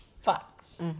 Fox